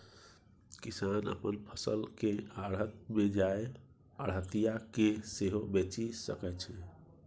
किसान अपन फसल केँ आढ़त मे जाए आढ़तिया केँ सेहो बेचि सकै छै